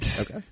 Okay